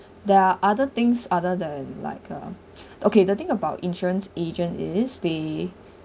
there are other things other than like uh okay the thing about insurance agent is they